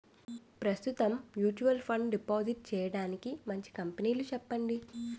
ప్రస్తుతం mutual fund deposit చేయడానికి మంచి కంపెనీలు చెప్పండి